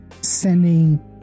sending